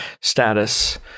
status